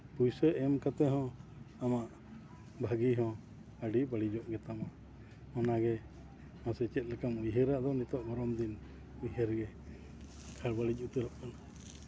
ᱯᱩᱭᱥᱟᱹ ᱮᱢ ᱠᱟᱛᱮᱫ ᱦᱚᱸ ᱟᱢᱟᱜ ᱵᱷᱟᱹᱜᱤ ᱦᱚᱸ ᱟᱹᱰᱤ ᱵᱟᱹᱲᱤᱡᱚᱜ ᱜᱮᱛᱟᱢᱟ ᱚᱱᱟᱜᱮ ᱢᱟᱥᱮ ᱪᱮᱫ ᱞᱮᱠᱟᱢ ᱩᱭᱦᱟᱹᱨᱟ ᱟᱫᱚ ᱱᱤᱛᱚᱜ ᱜᱚᱨᱚᱢ ᱫᱤᱱ ᱩᱭᱦᱟᱹᱨ ᱜᱮ ᱮᱠᱟᱞ ᱵᱟᱹᱲᱤᱡ ᱩᱛᱟᱹᱨᱚᱜ ᱠᱟᱱᱟ